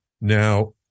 Now